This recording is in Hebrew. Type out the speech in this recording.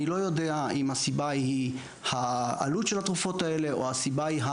אני לא יודע אם הסיבה היא העלות של התרופות האלה או הסביה היא,